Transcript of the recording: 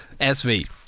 SV